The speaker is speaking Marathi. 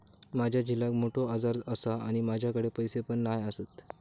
माझ्या झिलाक मोठो आजार आसा आणि माझ्याकडे पैसे पण नाय आसत